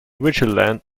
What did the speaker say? vigilant